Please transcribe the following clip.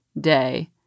day